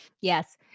Yes